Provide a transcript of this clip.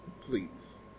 Please